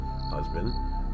husband